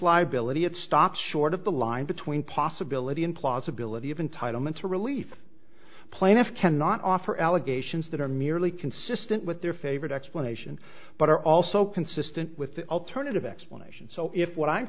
billett stop short of the line between possibility implausibility of entitlement to relief plaintiff cannot offer allegations that are merely consistent with their favorite explanation but are also consistent with the alternative explanation so if what i'm